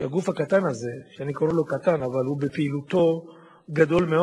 שבשעת חירום ובשעה רגילה